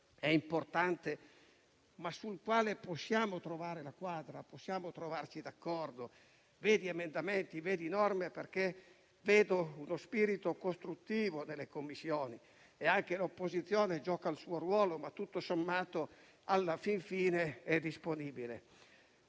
è importante, ma sul quale possiamo trovare la quadra, possiamo trovarci d'accordo tramite emendamenti e norme, perché vedo uno spirito costruttivo nelle Commissioni. Anche l'opposizione gioca il suo ruolo, ma tutto sommato alla fin fine è disponibile.